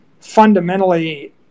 fundamentally